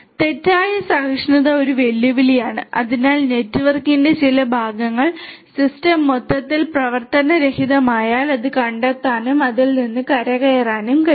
തെറ്റായ സഹിഷ്ണുത ഒരു വെല്ലുവിളിയാണ് അതിനാൽ നെറ്റ്വർക്കിന്റെ ചില ഭാഗങ്ങൾ സിസ്റ്റം മൊത്തത്തിൽ പ്രവർത്തനരഹിതമായാൽ അത് കണ്ടെത്താനും അതിൽ നിന്ന് കരകയറാനും കഴിയും